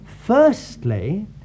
Firstly